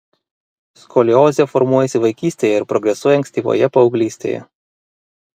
skoliozė formuojasi vaikystėje ir progresuoja ankstyvoje paauglystėje